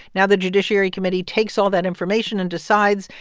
now the judiciary committee takes all that information and decides,